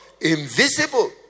Invisible